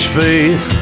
faith